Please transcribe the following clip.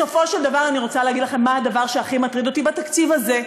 בסופו של דבר אני רוצה לומר לכם מה הדבר שהכי מטריד אותי בתקציב הזה.